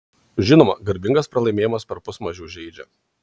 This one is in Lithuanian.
žinoma garbingas pralaimėjimas perpus mažiau žeidžia